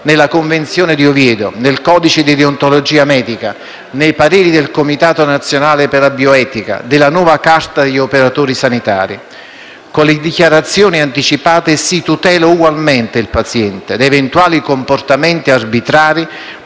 nella Convenzione di Oviedo, nel codice di deontologia medica, nei pareri del Comitato nazionale per la bioetica e nella nuova Carta degli operatori sanitari. Con le dichiarazioni anticipate si tutela ugualmente il paziente da eventuali comportamenti arbitrari